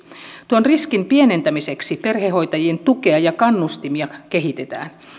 tuon riskin pienentämiseksi perhehoitajien tukea ja kannustimia kehitetään